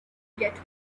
get